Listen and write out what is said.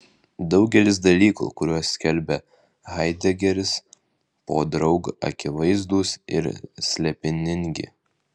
daugelis dalykų kuriuos skelbia haidegeris podraug akivaizdūs ir slėpiningi